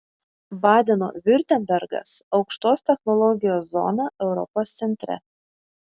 badeno viurtembergas aukštos technologijos zona europos centre